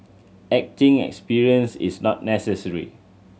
acting experience is not necessary